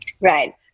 Right